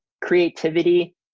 creativity